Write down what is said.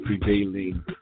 prevailing